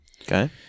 Okay